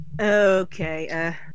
Okay